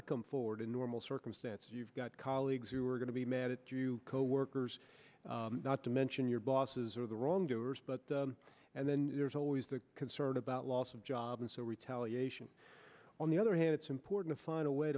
to come forward in normal circumstances you've got colleagues who are going to be mad at you co workers not to mention your bosses or the wrongdoers but and then there's always the concern about loss of job and so retaliation on the other hand it's important to find a way